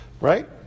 right